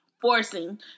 Forcing